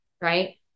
right